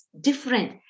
different